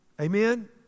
Amen